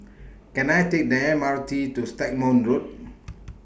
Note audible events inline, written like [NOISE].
Can I Take The M R T to Stagmont Road [NOISE]